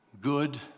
Good